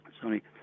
Sorry